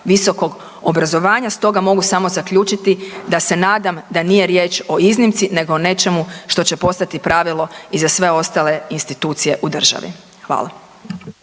visokog obrazovanja. Stoga mogu samo zaključiti da se nadam da nije riječ o iznimci nego o nečemu što će postati pravilo i za sve ostale institucije u državi. Hvala.